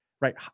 Right